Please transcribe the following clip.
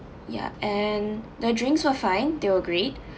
yeah and the drinks were fine they were great